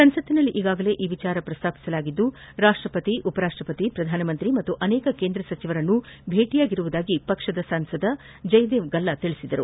ಸಂಸತ್ನಲ್ಲಿ ಈಗಾಗಲೇ ಈ ವಿಷಯ ಪ್ರಸ್ತಾಪಿಸಲಾಗಿದ್ದು ರಾಷ್ಟ್ರಪತಿ ಉಪರಾಷ್ಟ್ರಪತಿ ಪ್ರಧಾನಮಂತ್ರಿ ಹಾಗೂ ಅನೇಕ ಕೇಂದ್ರ ಸೆಚಿವರನ್ನು ಭೇಟಿ ಮಾಡಿರುವುದಾಗಿ ಪಕ್ಷದ ಸಂಸದ ಜಯದೇವ್ ಗಲ್ತಾ ತಿಳಿಸಿದರು